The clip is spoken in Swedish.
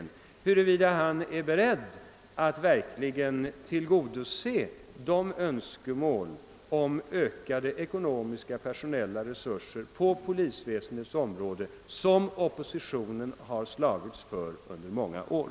Är justitieministern beredd att verkligen tillgodose de önskemål om ökade ekonomiska och personella resurser på polisväsendets område som oppositionen har slagits för under många år?